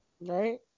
Right